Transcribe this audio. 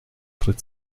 tritt